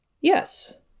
yes